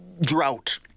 drought